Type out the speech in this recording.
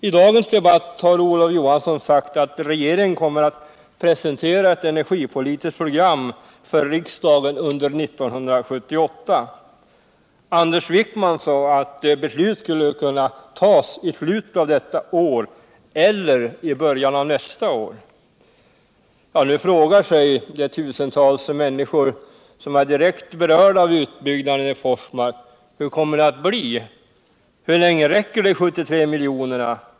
I dagens debatt har Olof Johansson sagt att regeringen kommer att presentera ett energipolitiskt program för riksdagen under 1978. Anders Wijkman sade att beslut skulle kunna tas i slutet av detta är eller i början av nästa år. Nu frågar sig de tusentals människor som är direkt berörda av utbyggnaden i Forsmark: Hur kommer det nu att bli? Hur länge räcker de 73 miljonerna?